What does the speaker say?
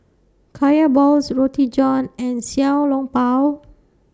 Kaya Balls Roti John and Xiao Long Bao